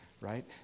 right